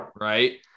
Right